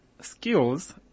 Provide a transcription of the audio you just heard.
skills